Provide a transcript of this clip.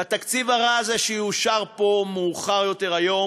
לתקציב הרע הזה, שיאושר פה מאוחר יותר היום,